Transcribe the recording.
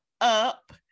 up